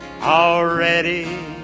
Already